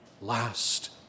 last